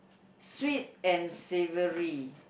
sweet and savoury